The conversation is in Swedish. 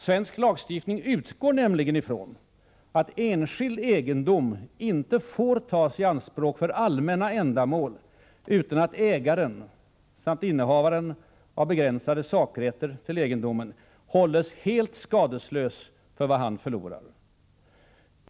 Svensk lagstiftning utgår nämligen från att enskild egendom inte får tas i anspråk för allmänna ändamål utan att ägaren samt innehavaren av begränsade sakrätter till egendomen hålls helt skadeslös för vad han förlorar.